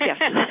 Yes